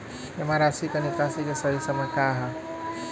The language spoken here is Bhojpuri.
जमा राशि क निकासी के सही समय का ह?